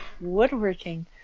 woodworking